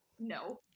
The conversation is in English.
no